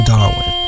Darwin